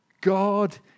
God